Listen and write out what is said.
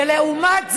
ולעומת זאת,